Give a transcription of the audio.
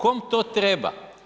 Kome to treba?